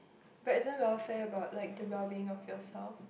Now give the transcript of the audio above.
but isn't welfare about like the welbeing of yourself